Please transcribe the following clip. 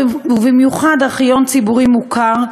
ובמיוחד ארכיון ציבורי מוכר,